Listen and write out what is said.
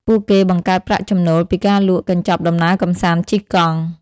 ពួកគេបង្កើតប្រាក់ចំណូលពីការលក់កញ្ចប់ដំណើរកម្សាន្តជិះកង់ ។